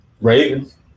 Ravens